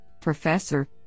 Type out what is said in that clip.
Professor